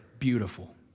beautiful